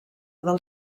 del